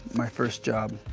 my first job.